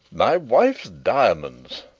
my wife's diamonds,